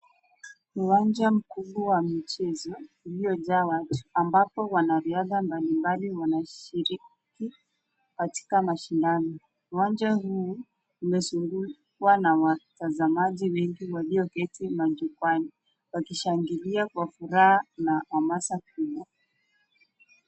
Uwanja mkubwa wa michezo uliojaa watu ambapo wanariadha mbali mbali wanashiriki katika mashindano. Uwanja huu umezungukwa na watamazi wengi walioketi majukwaani wakishangilia kwa furaha na anasa